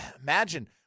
imagine